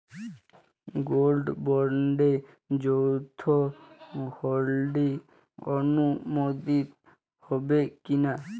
Gold বন্ডে যৌথ holding অনুমোদিত হবে কিনা?